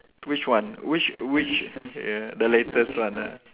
which one which which ya the latest one ah